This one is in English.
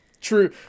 True